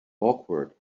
awkward